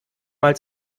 mal